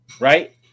right